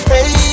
Hey